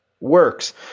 works